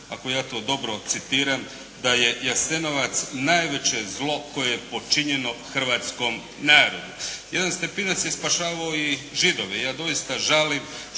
ako ja to dobro citiram "da je Jasenovac najveće zlo koje je počinjeno hrvatskom narodu". Jadan Stepinac je spašavao i Židove. Ja doista žalim